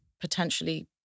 potentially